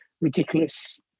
ridiculous